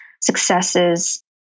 successes